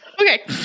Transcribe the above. Okay